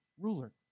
ruler